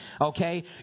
Okay